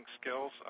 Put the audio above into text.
skills